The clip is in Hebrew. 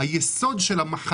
אשמח